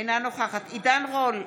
אינה נוכחת עידן רול,